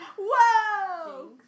Whoa